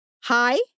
Hi